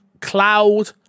Cloud